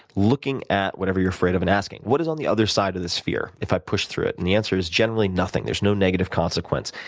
looking at whatever you're afraid of and asking, what is on the other side of this fear if i push though it? and the answer is, generally, nothing. there's no negative consequence.